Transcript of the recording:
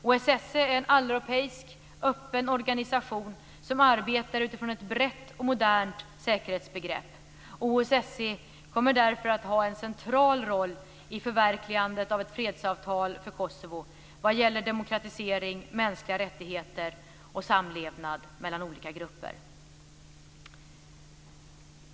OSSE är en alleuropeisk, öppen organisation som arbetar utifrån ett brett och modernt säkerhetsbegrepp. OSSE kommer därför att ha en central roll i förverkligandet av ett fredsavtal för Kosovo när det gäller demokratisering, mänskliga rättigheter och samlevnad mellan olika grupper.